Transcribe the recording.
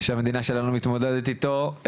שהמדינה שלנו מתמודדת איתו,